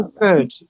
Good